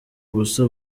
busa